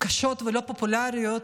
קשות ולא פופולריות,